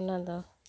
ᱚᱱᱟᱫᱚ